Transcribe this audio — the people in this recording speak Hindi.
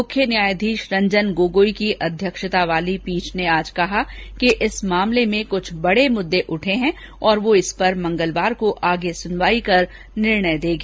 मुख्य न्यायाधीश रंजन गोगोई की अध्यक्षता वाली पीठ ने आज कहा कि इस मामले में कुछ बड़े मुद्दे उठे हैं और वह इस पर मंगलवार को आगे सुनवाई कर निर्णय देगी